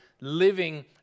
living